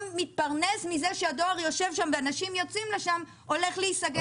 מתפרנס מכך שהדואר נמצא שם ואנשים יוצאים אליו הולך להיסגר.